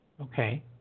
Okay